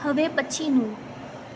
હવે પછીનું